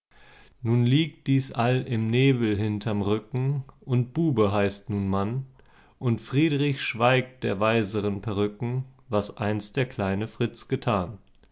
nun liegt dies all im nebel hinterm rücken und bube heißt nun mann und friedrich schweigt der weiseren perücken was einst der kleine fritz getan man